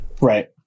Right